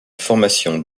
formation